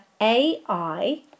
AI